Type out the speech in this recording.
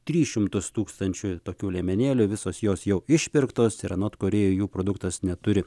tris šimtus tūkstančių tokių liemenėlių visos jos jau išpirktos ir anot kūrėjo jų produktas neturi